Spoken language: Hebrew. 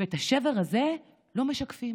ואת השבר הזה לא משקפים,